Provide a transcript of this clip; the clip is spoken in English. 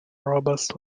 robbers